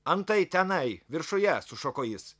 antai tenai viršuje sušoko jis